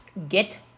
Get